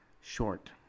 short